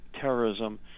terrorism